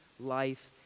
life